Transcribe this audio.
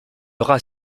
rat